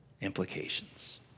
implications